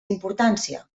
importància